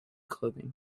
clothing